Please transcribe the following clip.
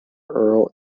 earl